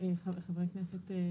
עם חברי הכנסת?